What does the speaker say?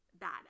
bad